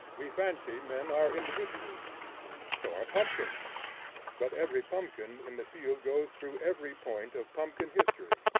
we fancy men are individuals so are pumpkins but every pumpkin in the field goes through every point of pumpkin history.